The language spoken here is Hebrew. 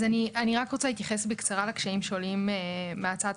אני רק רוצה להתייחס בקצרה לקשיים שעולים מהצעת